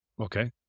Okay